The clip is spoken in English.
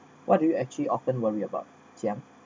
what do you actually often worry about chiam